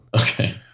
Okay